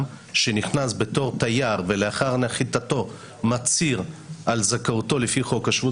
שנכנס בתור תייר ולאחר נחיתתו מצהיר על זכאותו לפי חוק השבות,